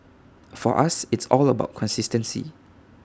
for us it's all about consistency